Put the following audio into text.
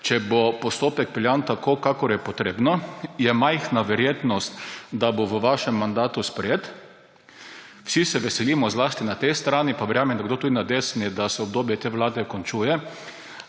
če bo postopek peljan tako, kakor je potrebno, je majhna verjetnost, da bo v vašem mandatu sprejet. Vsi se veselimo, zlasti na tej strani, pa verjamem, da kdo tudi na desni, da se obdobje te vlade končuje.